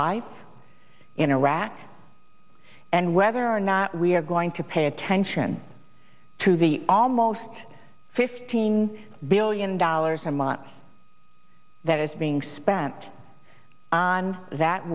life in iraq and whether or not we are going to pay attention to the almost fifteen billion dollars a month that is being spent on that